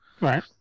right